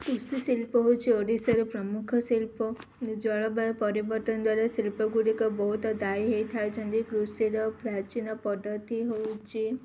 କୃଷି ଶିଳ୍ପ ହେଉଛି ଓଡ଼ିଶାର ପ୍ରମୁଖ ଶିଳ୍ପ ଜଳବାୟୁ ପରିବର୍ତ୍ତନ ଦ୍ୱାରା ଶିଳ୍ପ ଗୁଡ଼ିକ ବହୁତ ଦାୟୀ ହେଇଥାଉଛନ୍ତି କୃଷିର ପ୍ରାଚୀନ ପଦ୍ଧତି ହେଉଛି